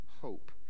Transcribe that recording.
hope